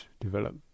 develop